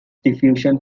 diffusion